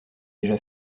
déjà